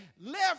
left